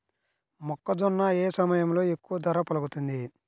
మొక్కజొన్న ఏ సమయంలో ఎక్కువ ధర పలుకుతుంది?